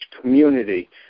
community